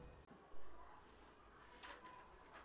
क्या मैं अपना बिजली बिल ऑनलाइन भुगतान कर सकता हूँ?